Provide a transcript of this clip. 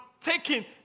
taking